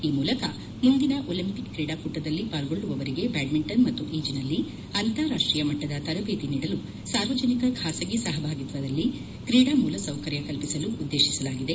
ಈ ಮೂಲಕ ಮುಂದಿನ ಒಲಿಂಪಿಕ್ ಕ್ರೀಡಾಕೂಟದಲ್ಲಿ ಪಾಲ್ಗೊಳ್ಳುವವರಿಗೆ ಬ್ಯಾಡ್ಮಿಂಟನ್ ಮತ್ತು ಈಜಿನಲ್ಲಿ ಅಂತಾರಾಷ್ಟೀಯ ಮಟ್ಟದ ತರಬೇತಿ ನೀಡಲು ಸಾರ್ವಜನಿಕ ಖಾಸಗಿ ಸಹಭಾಗಿತ್ವದಲ್ಲಿ ಕ್ರೀಡಾ ಮೂಲ ಸೌಕರ್ಯ ಕಲ್ಪಿಸಲು ಉದ್ದೇಶಿಸಲಾಗಿದೆ